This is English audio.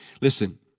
Listen